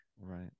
right